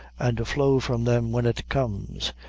and flow from them when it comes.